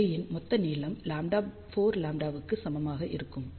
அரேயின் மொத்த நீளம் 4λ க்கு சமமாக இருக்கும்